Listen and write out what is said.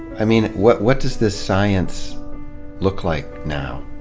i mean, what what does this science look like now?